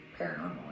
paranormal